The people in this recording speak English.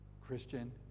Christian